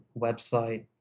website